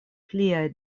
pliaj